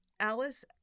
Alice